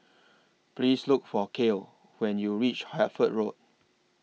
Please Look For Cael when YOU REACH Hertford Road